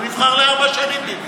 הוא נבחר לארבע שנים, ביבי.